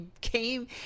came